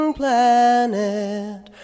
planet